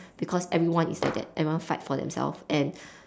because everyone is like that everyone fights for themselves and